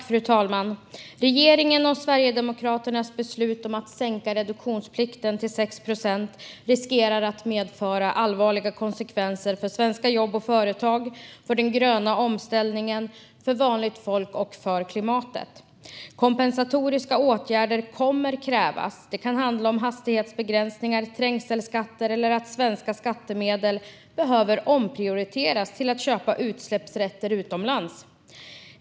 Fru talman! Regeringens och Sverigedemokraternas beslut om att sänka reduktionsplikten till 6 procent riskerar att medföra allvarliga konsekvenser för svenska jobb och företag, för den gröna omställningen, för vanligt folk och för klimatet. Kompensatoriska åtgärder kommer att krävas. Det kan handla om hastighetsbegränsningar, trängselskatter eller omprioritering av svenska skattemedel till köp av utsläppsrätter utomlands.